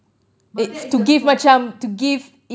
but that is the problem